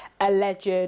alleged